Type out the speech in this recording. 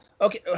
Okay